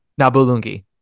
Nabulungi